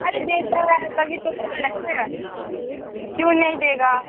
अरे देता है तभी तो बोल रहे हैं क्यों नहीं देगा